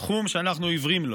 תחום שאנחנו עיוורים לו.